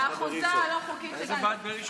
האחוזה הלא-חוקית, איזה בית בראשון?